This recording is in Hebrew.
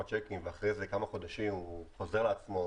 צ'קים ואחרי כמה חודשים הוא חוזר לעצמו,